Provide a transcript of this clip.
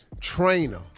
trainer